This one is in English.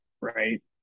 Right